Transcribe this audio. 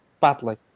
Badly